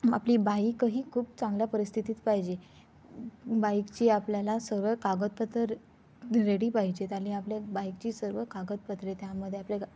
आपली बाईकही खूप चांगल्या परिस्थितीत पाहिजे बाईकची आपल्याला सगळं कागदत्र रेडी पाहिजेत आणि आपल्या बाईकची सर्व कागदपत्रे त्यामध्ये आपल्या गा